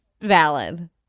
valid